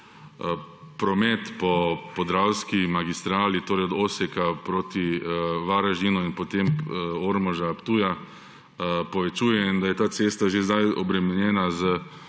promet po podravski magistrali, torej od Osjeka proti Varaždinu in potem Ormoža, Ptuja povečuje in da je sta cesta že sedaj obremenjena z